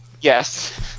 Yes